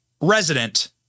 resident